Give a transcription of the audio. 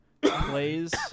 plays